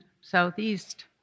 southeast